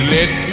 Let